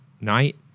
night